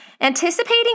Anticipating